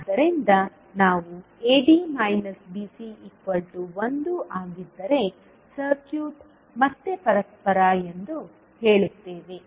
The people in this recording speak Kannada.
ಆದ್ದರಿಂದ ನಾವು ad bc1 ಆಗಿದ್ದರೆ ಸರ್ಕ್ಯೂಟ್ ಮತ್ತೆ ಪರಸ್ಪರ ಎಂದು ಹೇಳುತ್ತೇವೆ